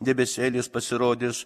debesėlis pasirodys